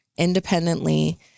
independently